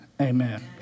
amen